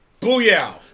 Booyah